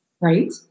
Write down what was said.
Right